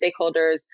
stakeholders